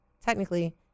technically